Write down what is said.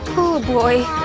oh boy,